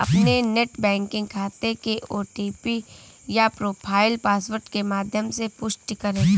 अपने net banking खाते के ओ.टी.पी या प्रोफाइल पासवर्ड के माध्यम से पुष्टि करें